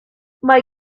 mae